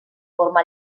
forma